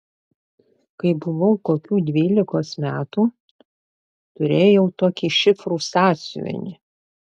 kai buvau kokių dvylikos metų turėjau tokį šifrų sąsiuvinį